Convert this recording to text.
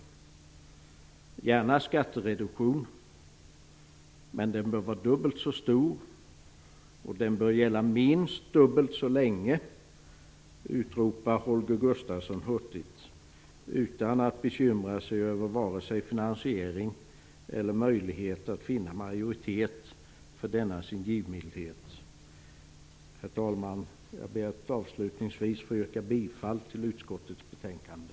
Gärna skattereduktion, men den bör vara dubbelt så stor, och den bör gälla minst dubbelt så länge, utropar Holger Gustafsson hurtigt, utan att bekymra sig över vare sig finansiering eller möjligheter att finna majoritet för denna sin givmildhet. Herr talman! Jag ber att avslutningsvis få yrka bifall till hemställan i utskottets betänkande.